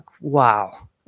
wow